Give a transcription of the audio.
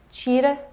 tira